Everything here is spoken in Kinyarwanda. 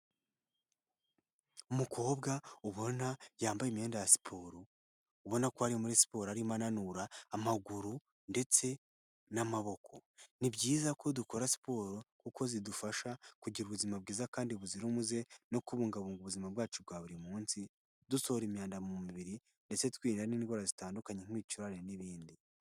Umukobwa ubona yambaye imyenda ya siporo, ubona ko ari muri siporo arimo ananura amaguru ndetse n'amaboko, ni byiza ko dukora siporo kuko zidufasha kugira ubuzima bwiza kandi buzira umuze no kubungabunga ubuzima bwacu bwa buri munsi dusohora imyanda mu mubiri ndetse twirindara n'indwara zitandukanye nk'ibicurane n'ibindi.